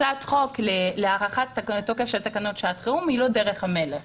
הצעת חוק להארכת התוקף של תקנות שעת חירום היא לא דרך המלך